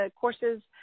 courses